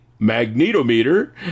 magnetometer